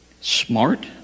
smart